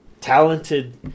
talented